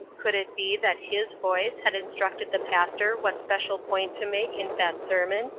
could it be that his voice had instructed the pastor what special point to make in that sermon,